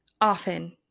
often